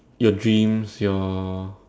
your dreams your